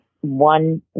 one